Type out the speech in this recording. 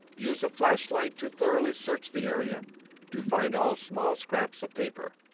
use a flashlight to thoroughly search the area to find all small scraps of paper.